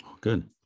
good